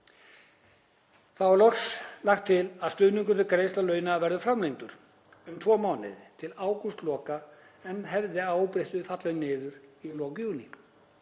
Þá er loks lagt til að stuðningur við greiðslu launa verði framlengdur um tvo mánuði, til ágústloka, en hefði að óbreyttu fallið niður í lok júní.